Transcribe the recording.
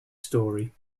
story